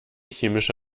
chemische